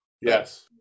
Yes